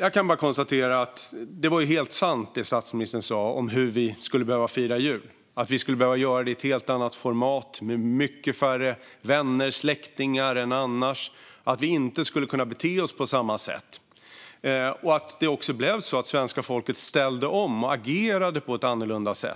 Jag kan bara konstatera att det som statsministern sa om hur vi skulle behöva fira jul var helt sant. Vi skulle behöva göra det i ett helt annat format med mycket färre vänner och släktingar än annars, och vi skulle inte kunna bete oss på samma sätt. Det blev också så att svenska folket ställde om och agerade på ett annorlunda sätt.